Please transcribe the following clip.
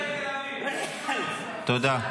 תודה.